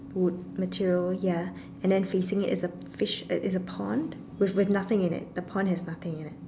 wood material ya and then facing it's a fish it's a a pond with nothing in it the pond has nothing in it